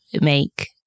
make